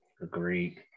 Agreed